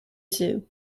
zoo